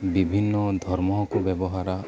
ᱵᱤᱵᱷᱤᱱᱱᱚ ᱫᱷᱚᱨᱢᱚ ᱦᱚᱠᱚ ᱵᱮᱵᱚᱦᱟᱨᱟ